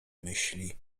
myśli